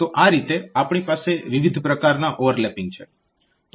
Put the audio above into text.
તો આ રીતે આપણી પાસે વિવિધ પ્રકારના ઓવરલેપિંગ છે